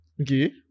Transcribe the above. Okay